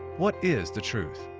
what is the truth?